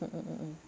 mm mm mm